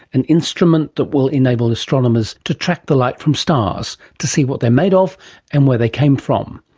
an instrument that will enable astronomers to track the light from stars, to see what they're made of and where they came from.